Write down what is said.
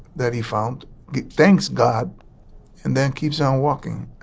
that he found thanks god and then keeps on walking.